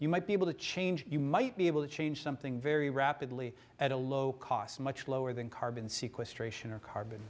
you might be able to change you might be able to change something very rapidly at a low cost much lower than carbon sequestration or car